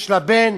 יש לה בן,